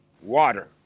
water